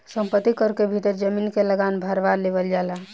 संपत्ति कर के भीतर जमीन के लागान भारवा लेवल जाला